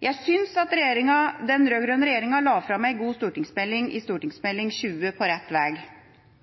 Jeg synes den rød-grønne regjeringa la fram en god stortingsmelding med Meld. St. 20 for 2012–2013 På rett